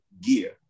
gear